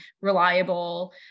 reliable